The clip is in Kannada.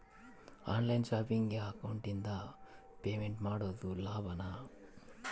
ಆನ್ ಲೈನ್ ಶಾಪಿಂಗಿಗೆ ಅಕೌಂಟಿಂದ ಪೇಮೆಂಟ್ ಮಾಡೋದು ಲಾಭಾನ?